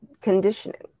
conditioning